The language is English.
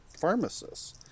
pharmacists